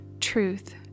truth